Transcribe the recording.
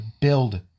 build